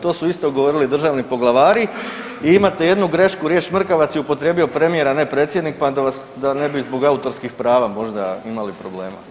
To su isto govorili državni poglavari i imate jednu grešku, riječ šmrkavac je upotrijebio premijer, a ne predsjednik, pa da vas, da ne bi zbog autorskim prava možda imali problema.